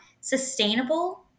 sustainable